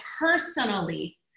personally